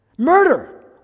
Murder